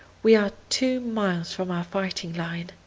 we are two miles from our fighting line.